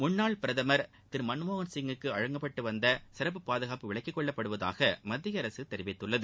முன்னாள் பிரதமர் திரு மன்மோகன் சிங் குக்கு வழங்கப்பட்டு வந்த சிறப்பு பாதுகாப்பு விலக்கிக்கொள்ளப்படுவதாக மத்திய அரசு தெரிவித்துள்ளது